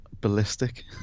ballistic